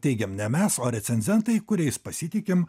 teigiam ne mes o recenzentai kuriais pasitikim